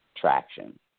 traction